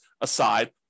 aside